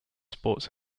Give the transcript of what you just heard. sports